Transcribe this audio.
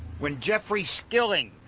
when jeffrey skilling,